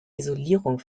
isolierung